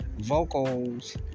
vocals